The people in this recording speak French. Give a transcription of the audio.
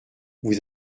vous